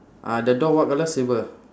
uh the door what colour silver